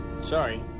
Sorry